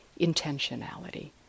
intentionality